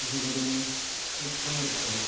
तशें करून खूब काम पडटा